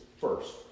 first